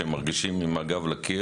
כשהם מרגישים עם הגב לקיר,